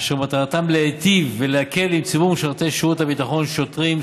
אשר מטרתם להיטיב ולהקל עם ציבור משרתי שירות הביטחון: שוטרים,